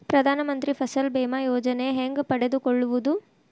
ಪ್ರಧಾನ ಮಂತ್ರಿ ಫಸಲ್ ಭೇಮಾ ಯೋಜನೆ ಹೆಂಗೆ ಪಡೆದುಕೊಳ್ಳುವುದು?